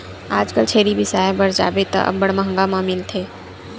आजकल छेरी बिसाय बर जाबे त अब्बड़ मंहगा म मिलथे